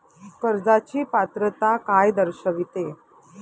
कर्जाची पात्रता काय दर्शविते?